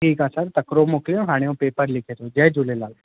ठीक आ सर तकिड़ो मोकिलियो हाणे हू पेपर लिखे थो जय झूलेलाल